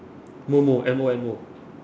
momo M O M O